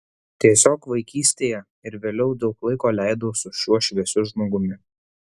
tiesiog vaikystėje ir vėliau daug laiko leidau su šiuo šviesiu žmogumi